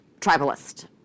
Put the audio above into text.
tribalist